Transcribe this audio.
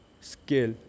skill